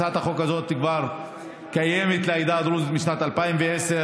הצעת החוק הזאת כבר קיימת לעדה הדרוזית משנת 2010,